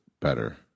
better